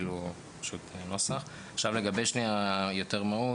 ואז או שלגביו ניתן היתר לפי סעיף 4(ב).